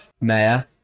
Mayor